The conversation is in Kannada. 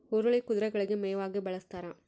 ಹುರುಳಿ ಕುದುರೆಗಳಿಗೆ ಮೇವಾಗಿ ಬಳಸ್ತಾರ